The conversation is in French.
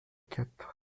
quatre